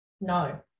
No